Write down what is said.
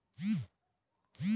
bank से उधार ले लेता